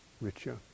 richer